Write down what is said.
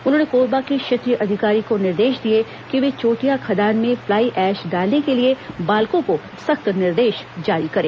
उन्होंने कोरबा के क्षेत्रीय अधिकारी को निर्देश दिए कि वे चोटिया खदान में फ्लाई एश डालने के लिये बाल्को को सख्त निर्देश जारी करें